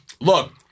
look